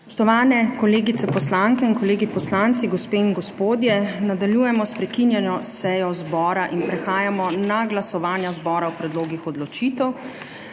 Spoštovane kolegice poslanke in kolegi poslanci, gospe in gospodje! Nadaljujemo s prekinjeno sejo zbora. Prehajamo na glasovanja zbora o predlogih odločitev.